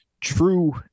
True